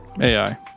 AI